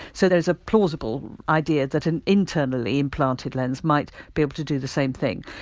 so there's a plausible idea that an internally implanted lens might be able to do the same thing.